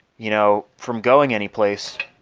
you know from going anyplace